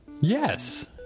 Yes